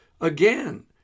Again